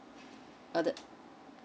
err the